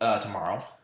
tomorrow